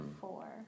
four